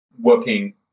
working